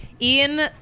Ian